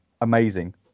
amazing